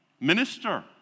minister